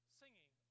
singing